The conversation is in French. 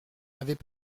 avaient